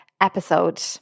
episode